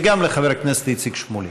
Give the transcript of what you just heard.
וגם לחבר הכנסת איציק שמולי.